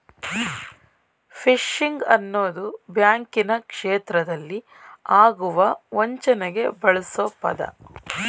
fishing ಅನ್ನೋದು ಬ್ಯಾಂಕಿನ ಕ್ಷೇತ್ರದಲ್ಲಿ ಆಗುವ ವಂಚನೆಗೆ ಬಳ್ಸೊ ಪದ